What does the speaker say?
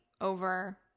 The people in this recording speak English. over